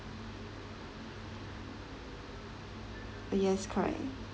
yes correct